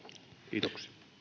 kiitoksia